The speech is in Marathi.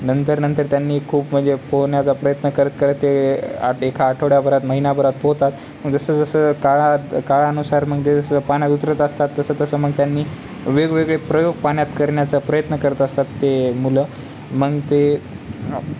नंतर नंतर त्यांनी खूप म्हणजे पोहण्याचा प्रयत्न करत करत ते आठ एखा आठवड्याभरात महिन्याभरात पोहतात जसं जसं काळात काळानुसार मग ते जसं पाण्यात उतरत असतात तसं तसं मग त्यांनी वेगवेगळे प्रयोग पाण्यात करण्याचा प्रयत्न करत असतात ते मुलं मग ते